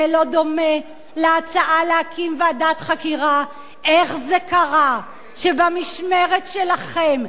זה לא דומה להצעה להקים ועדת חקירה איך זה קרה שבמשמרת שלכם,